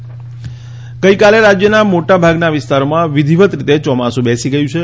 વરસાદ ગઇકાલે રાજયના મોટાભાગના વિસ્તારોમાં વિધિવત રીતે યોમાસુ બેસી ગયું છે